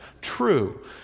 true